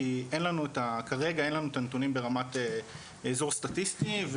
כי אין לנו כרגע את הנתונים ברמת אזור סטטיסטי,